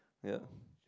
yeah